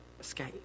escape